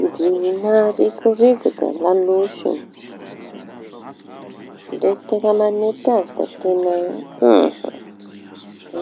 Ny biby maharikoriko da lalosy. Ndre teña mañety azy da teña m-